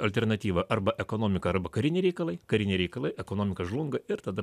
alternatyva arba ekonomika arba kariniai reikalai kariniai reikalai ekonomika žlunga ir tada